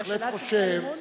על השאלת ספרי לימוד?